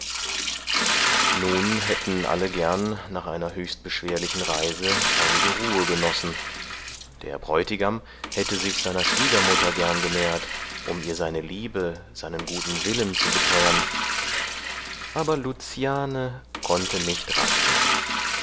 nun hätten alle gern nach einer höchst beschwerlichen reise einige ruhe genossen der bräutigam hätte sich seiner schwiegermutter gern genähert um ihr seine liebe seinen guten willen zu beteuern aber luciane konnte nicht rasten